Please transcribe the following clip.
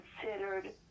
considered